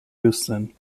houston